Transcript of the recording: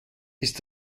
ist